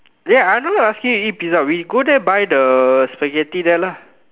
dey I not asking you to eat pizza we go there buy the Spaghetti there lah